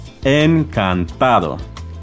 Encantado